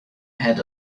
ahead